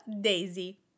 daisy